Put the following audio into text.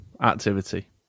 activity